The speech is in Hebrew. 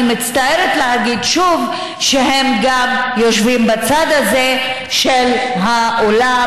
אני מצטערת להגיד שוב שהם גם יושבים בצד הזה של האולם,